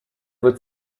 wird